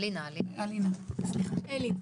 איזה מדדים